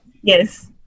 Yes